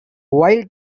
wild